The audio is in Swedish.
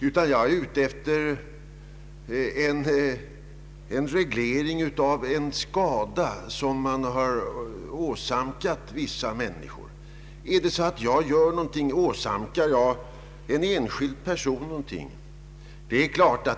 Jag är ute efter en reglering av en skada som man har åsamkat vissa människor. Åsamkar jag en enskild person någonting, vill jag reglera detta.